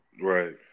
Right